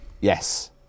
Yes